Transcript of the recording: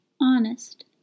honest